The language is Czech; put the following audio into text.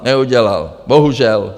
Neudělal, bohužel.